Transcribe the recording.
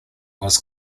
was